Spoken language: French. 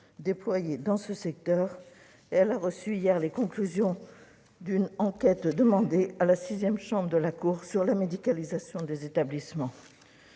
déployées dans ce secteur. Hier, elle a reçu hier les conclusions d'une enquête demandée à la sixième chambre de la Cour relative à la médicalisation des établissements.